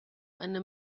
eine